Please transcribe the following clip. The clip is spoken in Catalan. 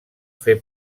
fer